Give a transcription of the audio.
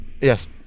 Yes